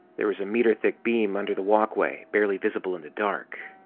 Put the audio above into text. there was a meter-thick beam under the walkway, barely visible in the dark.